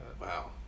wow